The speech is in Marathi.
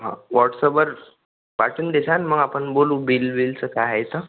हो व्हॉट्सअॅपवर पाठवून देशान मग आपण बोलू बिल विलचं काय आहे तर